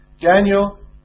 Daniel